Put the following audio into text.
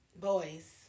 boys